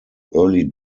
early